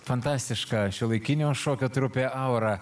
fantastiška šiuolaikinio šokio trupė aura